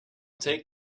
take